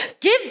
give